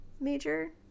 major